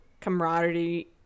camaraderie